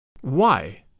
Why